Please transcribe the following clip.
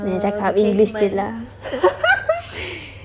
ne~ cakap english jer lah